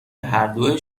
هردو